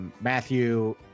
Matthew